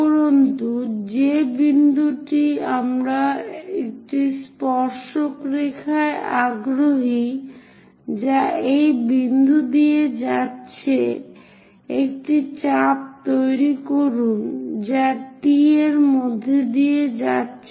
উপরন্তু যে বিন্দুটি আমরা একটি স্পর্শক রেখায় আগ্রহী যা এই বিন্দু দিয়ে যাচ্ছে সুতরাং একটি চাপ তৈরি করুন যা T এর মধ্য দিয়ে যাচ্ছে